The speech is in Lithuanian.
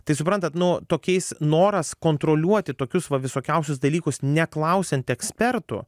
tai suprantat nuo tokiais noras kontroliuoti tokius va visokiausius dalykus neklausiant ekspertų